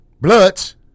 Bloods